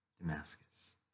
Damascus